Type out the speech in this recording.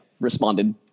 responded